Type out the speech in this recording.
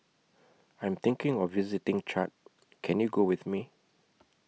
I'm thinking of visiting Chad Can YOU Go with Me